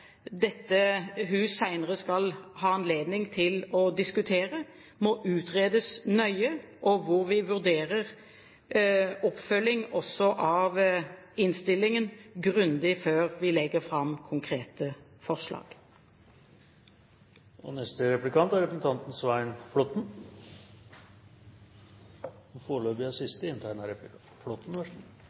dette hus senere skal få anledning til å diskutere, må utredes nøye, og vi vil også vurdere en oppfølging av innstillingen grundig før vi legger fram konkrete forslag.